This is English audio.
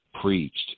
preached